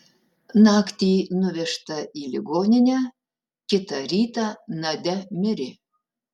naktį nuvežta į ligoninę kitą rytą nadia mirė